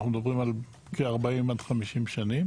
אנחנו מדברים על כ-40-50 שנים.